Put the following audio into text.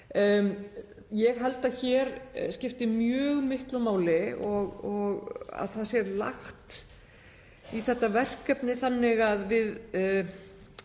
Ég held að hér skipti mjög miklu máli að lagt sé í þetta verkefni þannig að við